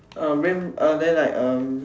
uh green uh then like um